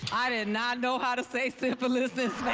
i did not know how to say syphilis